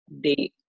date